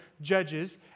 Judges